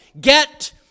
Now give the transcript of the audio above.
Get